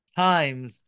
times